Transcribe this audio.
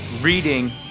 reading